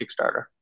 Kickstarter